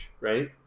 right